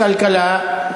כלכלה,